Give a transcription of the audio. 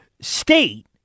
state